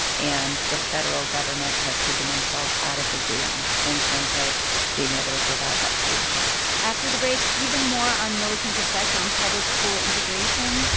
and the federal government has taken themselves out of the game in terms of being able to provide that solution after the break, even more on milliken's effect on public school integration.